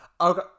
Okay